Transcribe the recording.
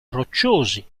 rocciosi